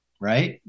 right